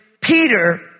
Peter